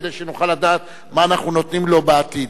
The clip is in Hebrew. כדי שנוכל לדעת מה אנחנו נותנים לו בעתיד.